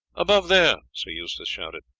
above there! sir eustace shouted,